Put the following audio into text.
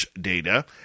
data